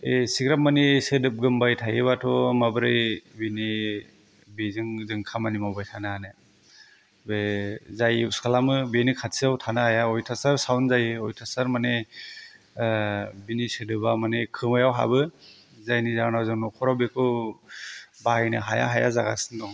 बे एसेग्राब माने सोदोब गोमबाय थायोबाथ' माबोरै बिनि बेजों जों खामानि मावबाय थानो हानो बे जाय इउज खालामो बेनि खाथियाव थानो हाया अयतासार साउन्द जायो अयतासार माने बिनि सोदोबा माने खोमायाव हाबो जायनि जाहोनाव जों न'खराव जों बेखौ बाहायनो हाया हाया जागासिनो दं